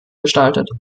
gestaltet